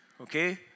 Okay